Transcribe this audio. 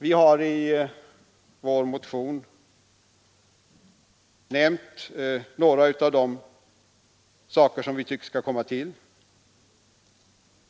Vi har i vår motion nämnt några av de saker som vi tycker skall komma till.